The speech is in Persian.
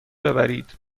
ببرید